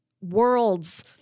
worlds